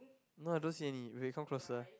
no I don't see any wait come closer